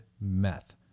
meth